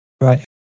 Right